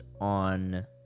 on